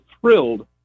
thrilled